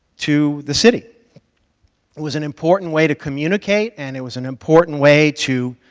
to the city. it was an important way to communicate and it was an important way to